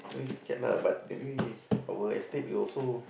no need scared lah but it maybe always escape you also